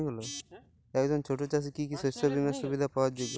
একজন ছোট চাষি কি কি শস্য বিমার সুবিধা পাওয়ার যোগ্য?